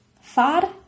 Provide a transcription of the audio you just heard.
Far